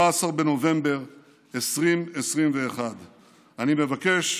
17 בנובמבר 2021. אני מבקש,